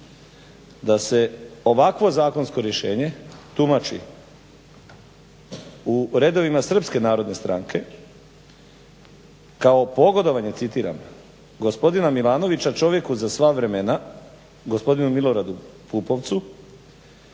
da se ovakvo zakonsko rješenje tumači u redovima Srpske narodne stranke kao "pogodovanje gospodina Milanovića čovjeku za sva vremena, gospodinu Miloradu Pupovcu